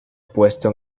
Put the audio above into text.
puesto